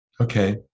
Okay